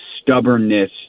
stubbornness